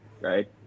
right